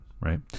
right